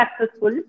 successful